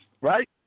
Right